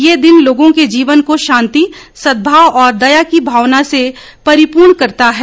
यह दिन लोगों के जीवन को शांति सद्भाव और दया की भावना से परिपूर्ण करता है